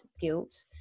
guilt